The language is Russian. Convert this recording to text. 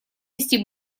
вести